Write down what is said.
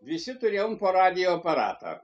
visi turėjom po radijo aparatą